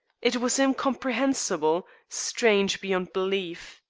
it was incomprehensible, strange beyond belief.